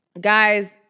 guys